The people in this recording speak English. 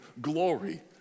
glory